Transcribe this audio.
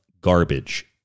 garbage